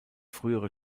frühere